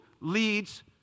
leads